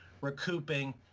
recouping